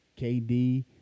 KD